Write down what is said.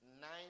nine